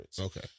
Okay